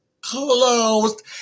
closed